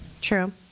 true